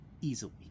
easily